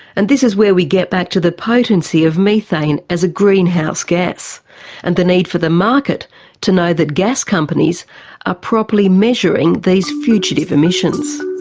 and this is where we get back to the potency of methane as a greenhouse gas and the need for the market to know that gas companies are ah properly measuring these fugitive emissions.